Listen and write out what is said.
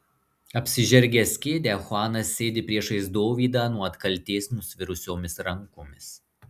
apsižergęs kėdę chuanas sėdi priešais dovydą nuo atkaltės nusvirusiomis rankomis